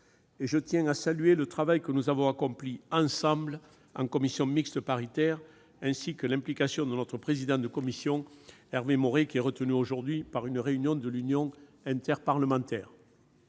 Je tiens à saluer le travail que nous avons accompli ensemble en commission mixte paritaire, ainsi que l'implication de notre président de commission, Hervé Maurey, qui est retenu aujourd'hui par une réunion de l'Union interparlementaire.